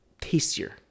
tastier